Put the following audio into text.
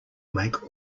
make